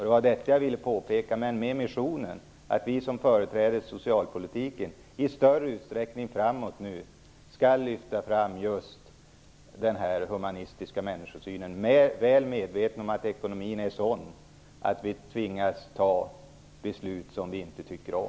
Det var detta jag ville påpeka och säga att vi som företrädare i socialpolitiken i större utsträckning skall lyfta fram den humanistiska människosynen, väl medvetna om att ekonomin är sådan att vi tvingas fatta beslut som vi inte tycker om.